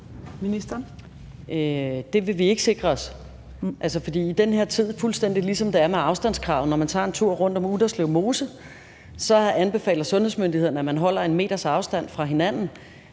Det vil vi ikke sikre os, for i den her tid er det fuldstændig, ligesom det er med afstandskravet. Når man tager en tur rundt om Utterslev Mose, anbefaler sundhedsmyndighederne, at man holder 1 meters afstand fra hinanden,